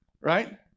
right